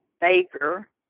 baker